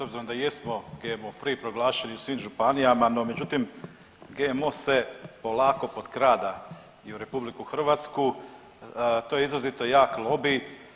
S obzirom da jesmo GMO free proglašeni u svim županijama, no međutim GMO se olako potkrada i u RH, to je izrazito jak lobi.